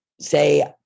say